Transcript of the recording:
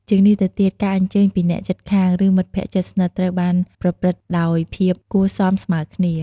ជាងនេះទៅទៀត ការអញ្ជើញពីអ្នកជិតខាង ឬមិត្តភក្តិជិតស្និទ្ធត្រូវបានប្រព្រឹត្តដោយភាពគួរសមស្មើគ្នា។